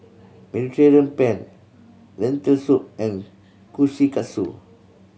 Mediterranean Penne Lentil Soup and Kushikatsu